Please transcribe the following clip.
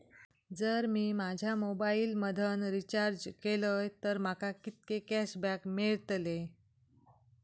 जर मी माझ्या मोबाईल मधन रिचार्ज केलय तर माका कितके कॅशबॅक मेळतले?